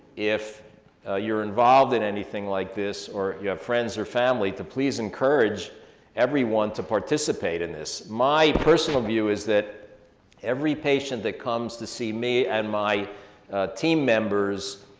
if you're involved in anything like this, or if you have friends or family, to please encourage everyone to participate in this. my personal view is that every patient that comes to see me and my team members,